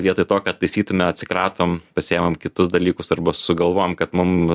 vietoj to kad taisytume atsikratom pasiimam kitus dalykus arba sugalvojam kad mum